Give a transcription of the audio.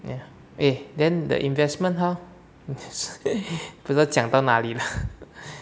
ya eh then the investment how 刚刚讲到哪里了